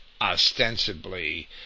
ostensibly